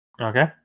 Okay